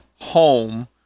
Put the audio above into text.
home